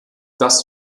das